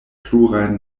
plurajn